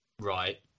Right